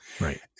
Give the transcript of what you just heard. Right